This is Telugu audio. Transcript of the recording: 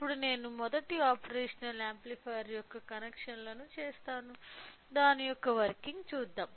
ఇప్పుడు నేను మొదటి ఆపరేషనల్ యాంప్లిఫైయర్ యొక్క కనెక్షన్లను చేస్తాను దాని యొక్క వర్కింగ్ చూద్దాం